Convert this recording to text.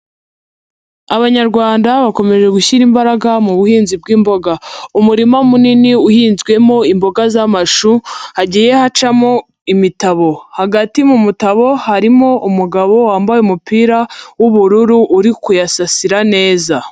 Abanyarwanda bakomeje gushyira imbaraga mu buhinzi bw'imboga, umurima munini uhinzwemo imboga z'amashu hagiye hacamo imitabo, hagati mu mutabo harimo umugabo wambaye umupira w'ubururu uri kuyasasira neza.